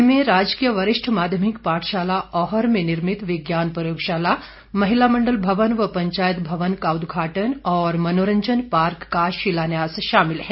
इनमें राजकीय वरिष्ठ माध्यमिक पाठशाला औहर में निर्मित विज्ञान प्रयोगशाला महिला मंडल भवन व पंचायत भवन का उद्घाटन और मंनोरंजन पार्क का शिलान्यास शामिल है